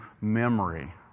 memory